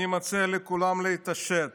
אני מציע לכולם להתעשת